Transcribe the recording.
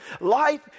Life